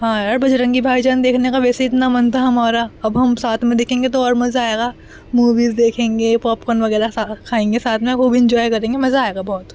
ہاں اور بجرنگی بھائی جان دیکھنے کا ویسے اتنا من تھا ہمارا اب ہم ساتھ میں دھیں گے تو اور مزہ آئے گا مویز دیکھیں گے پاپ کارن وغیرہا کھائیںےاتھ میں خوب انجوائے کریں گے مزہ آئے گا بہت